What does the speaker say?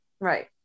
Right